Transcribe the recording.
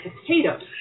potatoes